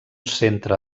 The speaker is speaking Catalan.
centre